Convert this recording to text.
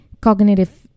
cognitive